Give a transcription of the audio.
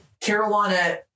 Carolina